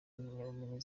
impamyabumenyi